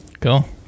cool